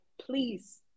please